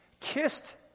kissed